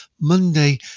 Monday